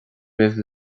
roimh